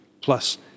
plus